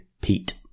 Pete